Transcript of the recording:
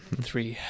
three